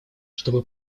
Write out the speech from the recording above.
чтобы